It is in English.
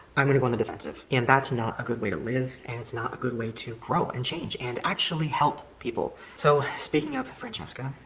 i'm gonna go on the defensive and that's not a good way to live and it's not a good way to grow and change and actually help people. so, speaking of franchesca,